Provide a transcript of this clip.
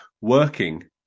working